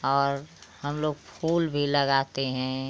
और हम लोग फूल भी लगाते हैं